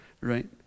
right